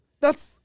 That's-